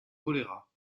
choléra